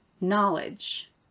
knowledge